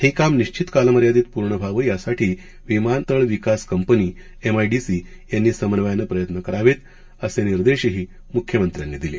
हे काम निश्वित कालमर्यादेत पूर्ण व्हावं यासाठी विमानतळ विकास कंपनी एमआयडीसी यांनी समन्वयानं प्रयत्न करावेत असे निर्देशही मुख्यमंत्र्यांनी दिले